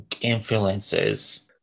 influences